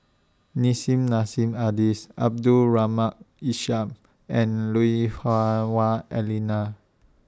Nissim Nassim Adis Abdul Rahim Ishak and Lui Hah Wah Elena